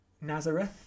Nazareth